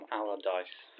Allardyce